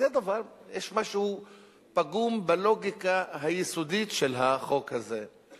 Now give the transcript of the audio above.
יש משהו פגום בלוגיקה היסודית של החוק הזה.